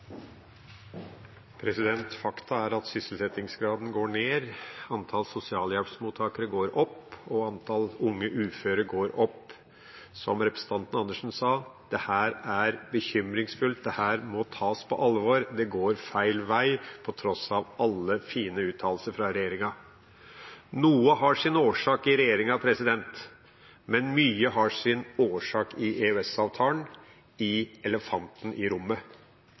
at sysselsettingsgraden går ned, antall sosialhjelpsmottakere går opp og antall unge uføre går opp. Som representanten Andersen sa: Dette er bekymringsfullt. Dette må tas på alvor. Det går feil vei på tross av alle fine uttalelser fra regjeringa. Noe har sin årsak i regjeringa, men mye har sin årsak i EØS-avtalen, i elefanten i rommet.